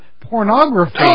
pornography